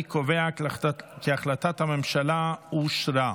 אני קובע כי החלטת הממשלה אושרה.